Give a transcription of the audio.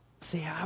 se